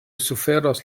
suferos